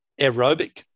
aerobic